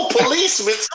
policemen